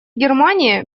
германия